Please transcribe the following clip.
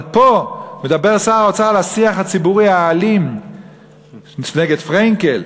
אבל פה מדבר שר האוצר על השיח הציבורי האלים נגד פרנקל.